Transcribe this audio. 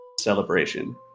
celebration